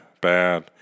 bad